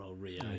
Rio